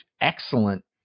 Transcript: excellent